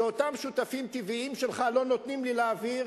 שאותם שותפים טבעיים שלך לא נותנים לי להעביר,